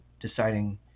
deciding